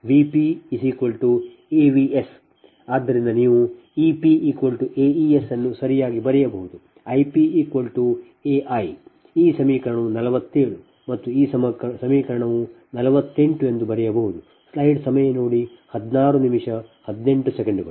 ಆದ್ದರಿಂದ ನೀವು E p AE s ಅನ್ನು ಸರಿಯಾಗಿ ಬರೆಯಬಹುದು I p AI ಈ ಸಮೀಕರಣವು 47 ಮತ್ತು ಈ ಸಮೀಕರಣವು 48 ಎಂದು ಬರೆಯಬಹುದು